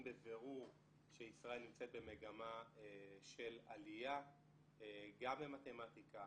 בבירור שישראל נמצאת במגמה של עלייה גם במתמטיקה